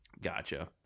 Gotcha